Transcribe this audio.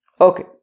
Okay